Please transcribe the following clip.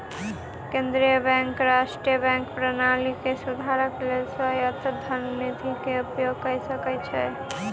केंद्रीय बैंक राष्ट्रीय बैंक प्रणाली के सुधारक लेल स्वायत्त धन निधि के उपयोग कय सकै छै